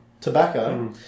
Tobacco